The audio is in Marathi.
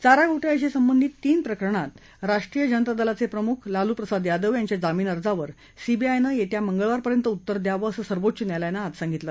चारा घोटाळ्याशी संबंधित तीन प्रकरणांमधे राय्ट्रीय जनता दलाचे प्रमुख लालू प्रसाद यादव यांच्या जामीनअर्जावर सीबीआयनं येत्या मंगळवारपर्यंत उत्तर द्यावं असं सर्वोच्च न्यायालयानं आज सांगितलं